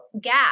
gap